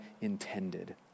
intended